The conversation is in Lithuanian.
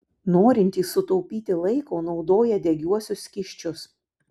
norintys sutaupyti laiko naudoja degiuosius skysčius